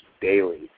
daily